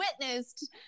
witnessed